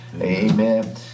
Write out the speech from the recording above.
Amen